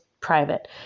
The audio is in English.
private